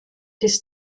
des